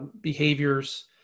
behaviors